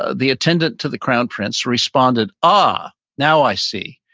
ah the attendant to the crown prince responded, ah, now i see,